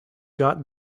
got